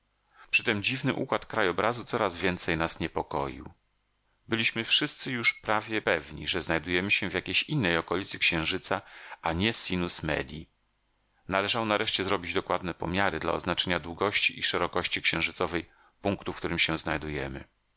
odpoczynku przytem dziwny układ krajobrazu coraz więcej nas niepokoił byliśmy wszyscy już prawie pewni że znajdujemy się w jakiejś innej okolicy księżyca a nie na sinus medii należało nareszcie zrobić dokładne pomiary dla oznaczenia długości i szerokości księżycowej punktu w którym się znajdujemy